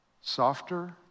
softer